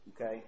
Okay